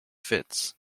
fits